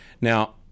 Now